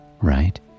right